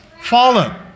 follow